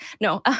No